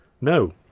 No